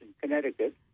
Connecticut